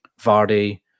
Vardy